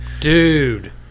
Dude